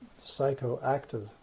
psychoactive